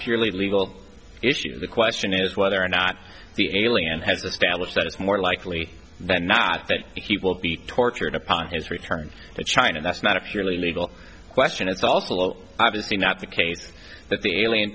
purely legal issue the question is whether or not the alien has established that it's more likely than not that he will be tortured upon his return to china that's not a purely legal question it's also obviously not the case that the alien